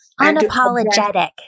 unapologetic